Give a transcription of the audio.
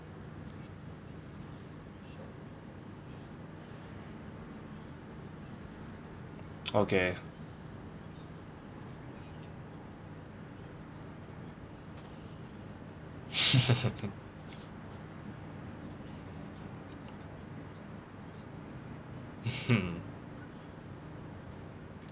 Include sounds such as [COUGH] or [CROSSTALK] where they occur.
okay [LAUGHS]